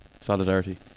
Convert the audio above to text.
solidarity